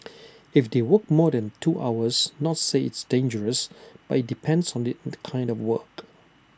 if they work more than two hours not say it's dangerous but IT depends on the kind of work